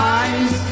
eyes